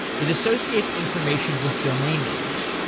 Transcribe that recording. it associates information with domain names.